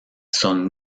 son